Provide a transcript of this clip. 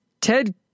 Ted